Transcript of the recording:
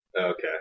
Okay